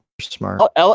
Smart